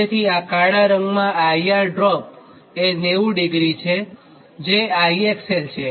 તેથી આ કાળા રંગમાં IR ડ્રોપ એ 90֯ એ છે જે IXL છે